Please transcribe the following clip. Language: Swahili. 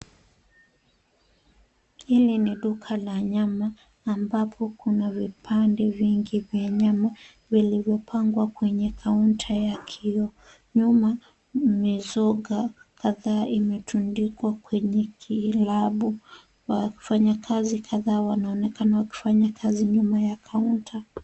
Hii ni duka la nyama, ambapo kuna vipande vingi vya nyama vilivyopangwa kwenye counter ya kilo. Nyuma mizoga kadhaa imetundikwa kwenye kilabu wafanyakazi kadhaa wanaonekana wakifanya kazi nyuma ya counter .